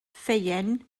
ffeuen